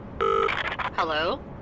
Hello